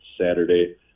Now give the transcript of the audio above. Saturday